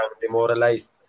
demoralized